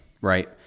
right